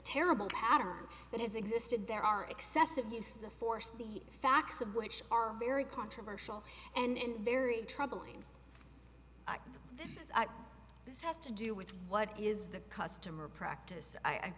terrible pattern that has existed there are excessive use of force the facts of which are very controversial and very troubling this is this has to do with what is the customer practice i